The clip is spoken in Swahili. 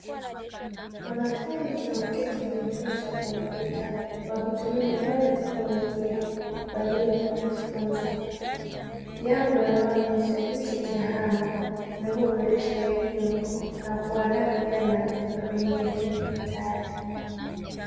Wanafunzi wameketi kwenye chumba cha kompyuta wakitumia vifaa vya teknolojia kwa ajili ya kujifunza jambo linaloonyesha jinsi tehama inavyoboresha elimu na kuandaa vijana wa dunia ya kidijitali.